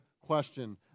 question